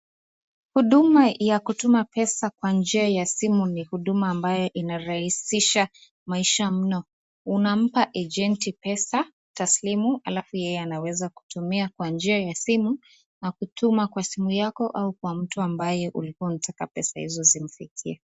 Huduma ya kutuma pesa kwa njia ya simu inarahisisha maisha mno. Unampa ajenti pesa taslimu alafu yeye anatuma pesa hizo kwa njia ya simu kwa mtu ambaye ulitaka kumtumia pesa hizo zimfikie.